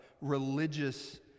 religious